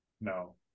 No